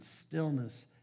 stillness